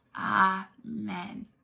Amen